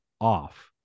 off